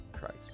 Christ